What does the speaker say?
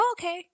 okay